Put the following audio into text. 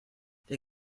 der